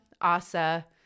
ASA